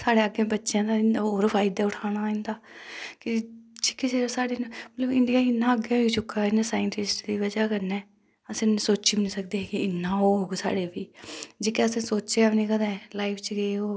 साढ़ै अग्गैं बच्चैं होर फायदा उठाना इंदा मतलव इंडिया गी इन्ना अग्गैं चुका द नै साईटिस्ट दी वजह् कन्नै अस सोची बी नीं हे सकदे हे कि इन्ना होग जेह्का असैं सोचेआं बी नीं हा लाईफ च